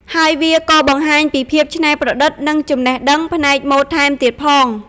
ហើយវាក៏បង្ហាញពីភាពច្នៃប្រឌិតនិងចំណេះដឹងផ្នែកម៉ូដថែមទៀតផង។